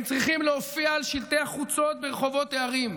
הם צריכים להופיע על שלטי החוצות ברחובות הערים,